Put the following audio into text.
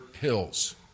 hills